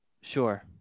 Sure